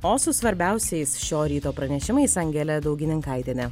o su svarbiausiais šio ryto pranešimais angelė daugininkaitienė